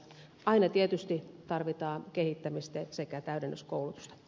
aina tietysti tarvitaan kehittämistä sekä täydennyskoulutusta